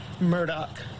Murdoch